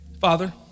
Father